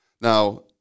Now